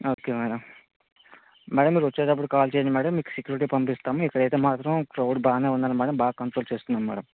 okay madam madam మీరు వచ్చేటప్పుడు మాకు కాల్ చేయండి మేడమ్ మీకు సెక్యూరిటీ పంపిస్తాము ఇప్పుడు అయితే మాత్రం క్రౌడ్ బాగానే ఉన్నది మేడమ్ బా కంట్రోల్ చేస్తున్నాము మేడమ్